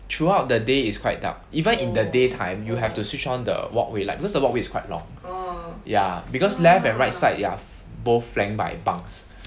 throughout the day is quite dark even in the daytime you have to switch on the walkway light because about the walkway is quite long ya because left and right side ya both flanked by bunks